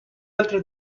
altre